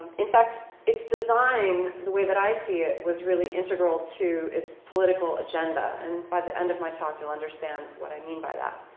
in fact, its design, the way that i see it, was really integral to its political agenda. and by the end of my talk, you'll understand what i mean by that.